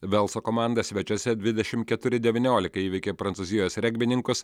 velso komanda svečiuose dvidešimt keturi devyniolika įveikė prancūzijos regbininkus